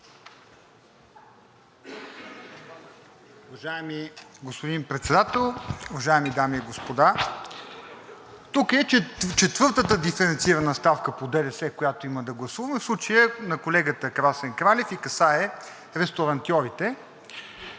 Уважаеми господин Председател, уважаеми дами и господа! Тук е четвъртата диференцирана ставка по ДДС, която има да гласуваме, в случая на колегата Красен Кралев и касае ресторантьорите.